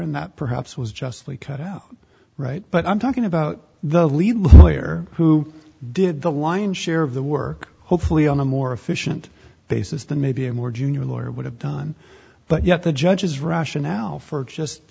and that perhaps a was justly cut out right but i'm talking about the player who did the lion's share of the work hopefully on a more efficient basis than maybe a more junior lawyer would have done but yet the judge's rationale for